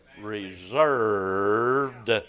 Reserved